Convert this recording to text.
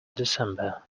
december